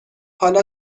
حالا